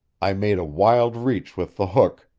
i made a wild reach with the hook,